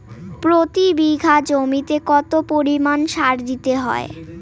প্রতি বিঘা জমিতে কত পরিমাণ সার দিতে হয়?